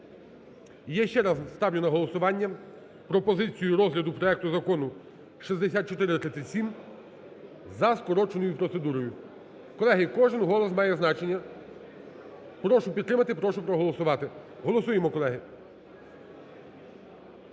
Я ще раз ставлю на голосування пропозицію розгляду проекту Закону 6437 за скороченою процедурою. Колеги, кожен голос має значення, прошу підтримати, прошу проголосувати. Голосуємо, колеги.